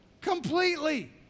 completely